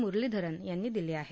मुरलीधरन यांनी दिली आहे